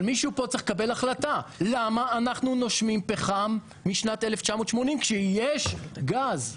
אבל מישהו פה צריך לקבל החלטה למה אנחנו נושמים פחם משנת 1980 כשיש גז?